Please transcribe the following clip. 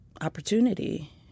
opportunity